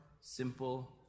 simple